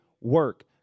work